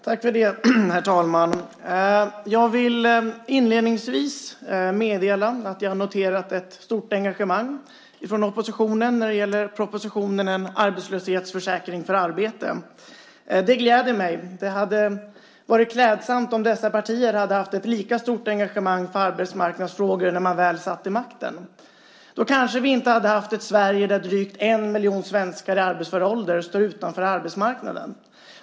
Herr talman! Jag vill inledningsvis meddela att jag har noterat ett stort engagemang från oppositionen när det gäller propositionen En arbetslöshetsförsäkring för arbete. Det gläder mig. Det hade varit klädsamt om dessa partier hade haft ett lika stort engagemang för arbetsmarknadsfrågor när de satt vid makten. Då hade vi kanske inte haft ett Sverige där drygt en miljon svenskar i arbetsför ålder står utanför arbetsmarknaden.